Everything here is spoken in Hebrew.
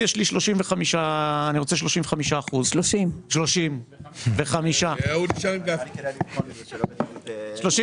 אני רוצה 35%. 30. 35%,